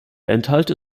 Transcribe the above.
enthalte